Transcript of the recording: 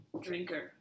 drinker